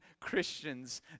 Christians